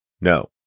No